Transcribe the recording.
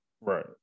Right